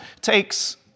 takes